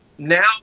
Now